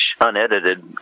unedited